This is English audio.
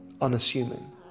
unassuming